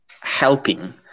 helping